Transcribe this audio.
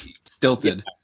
stilted